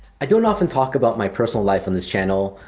i don't often talk about my personal life on this channel,